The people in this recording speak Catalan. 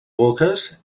boques